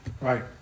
Right